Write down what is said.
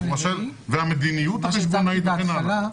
--- והמדיניות החשבונאית וכן הלאה.